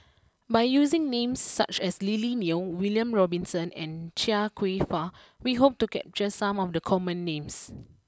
by using names such as Lily Neo William Robinson and Chia Kwek Fah we hope to capture some of the common names